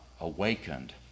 awakened